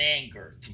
anger